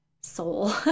soul